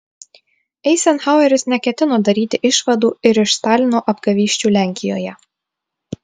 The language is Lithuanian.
eizenhaueris neketino daryti išvadų ir iš stalino apgavysčių lenkijoje